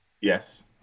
yes